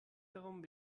darum